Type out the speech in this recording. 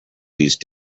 these